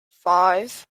five